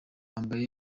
twambaye